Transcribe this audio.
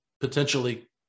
potentially